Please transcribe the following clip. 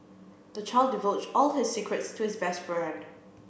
the child divulged all his secrets to his best friend